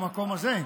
במקום הזה.